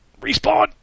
respawn